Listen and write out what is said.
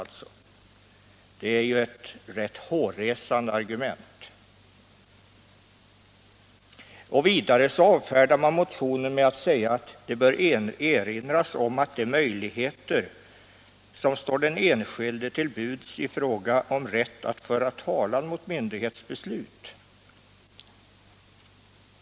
Det är ju ett ganska hårresande argument. Vidare avfärdar man motionen med att säga att det bör erinras om de möjligheter som står den enskilde till buds i fråga om rätt att föra talan mot myndighets beslut.